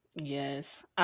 Yes